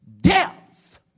death